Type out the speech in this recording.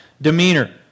demeanor